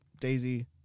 Daisy